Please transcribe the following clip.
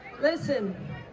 listen